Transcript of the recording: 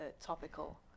topical